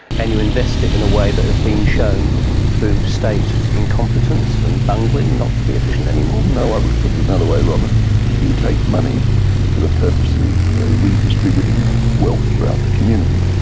and you invest it in a way that has been shown through state incompetence and bungling not to be efficient anymore? no, i would put it in another way, robyn you take money for the purpose of redistributing wealth throughout the community.